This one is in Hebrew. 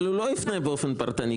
אבל הוא לא יפנה באופן פרטני,